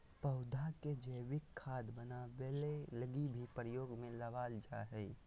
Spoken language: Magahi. पौधा के जैविक खाद बनाबै लगी भी प्रयोग में लबाल जा हइ